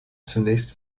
zunächst